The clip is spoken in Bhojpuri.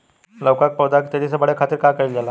लउका के पौधा के तेजी से बढ़े खातीर का कइल जाला?